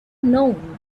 known